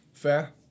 Fair